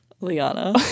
Liana